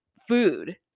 food